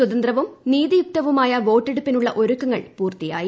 സ്വതന്ത്രവും നീതിയുക്തവുമായ വോട്ടെടുപ്പിനുള്ള ഒരുക്കങ്ങൾപൂർത്തിയായി